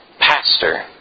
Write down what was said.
pastor